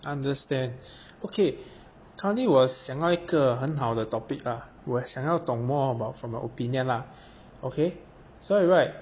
understand okay currently 我想到一个很好的 topic ah 我想要懂 talk more about from your opinion lah okay 所以 right